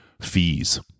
fees